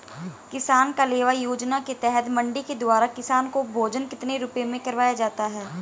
किसान कलेवा योजना के तहत मंडी के द्वारा किसान को भोजन कितने रुपए में करवाया जाता है?